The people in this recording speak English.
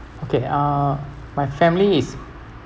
okay uh my family is